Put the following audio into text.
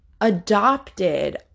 adopted